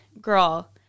girl